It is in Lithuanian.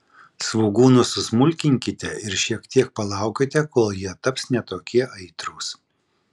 svogūnus susmulkinkite ir šiek tiek palaukite kol jie taps ne tokie aitrūs